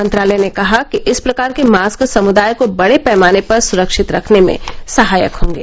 मंत्रालय ने कहा कि इस प्रकार के मास्क समुदाय को बड़े पैमाने पर सुरक्षित रखने में सहायक होंगे